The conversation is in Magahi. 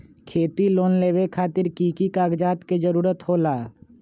खेती लोन लेबे खातिर की की कागजात के जरूरत होला?